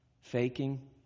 faking